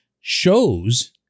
shows